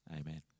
Amen